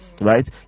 right